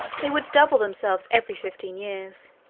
they would double themselves every fifteen years.